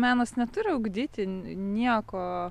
menas neturi ugdyti nieko